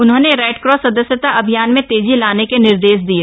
उन्होंने रेडक्रॉस सदस्यता अभियान में तेजी लाने के निर्देश दिये